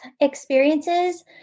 experiences